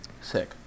Sick